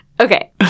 Okay